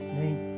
name